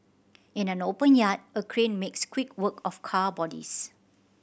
in an open yard a crane makes quick work of car bodies